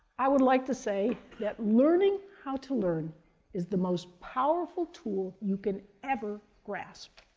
i would like to say that learning how to learn is the most powerful tool you can ever grasp.